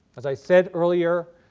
as i said earlier,